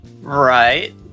Right